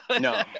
no